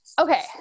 Okay